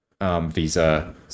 visa